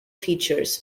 features